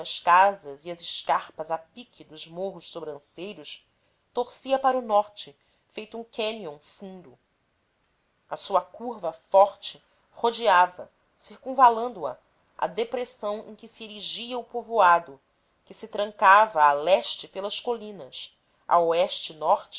casas e as escarpas a pique dos morros sobranceiros torcia para o norte feito um canyon fundo a sua curva forte rodeava circunvalando a a depressão em que se erigia o povoado que se trancava a leste pelas colinas a oeste e norte